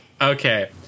Okay